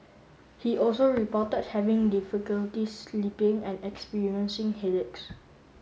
he also reported having difficulty sleeping and experiencing headaches